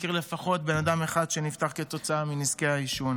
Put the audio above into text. מכיר לפחות בן אדם אחד שנפטר כתוצאה מנזקי העישון